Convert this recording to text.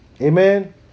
Amen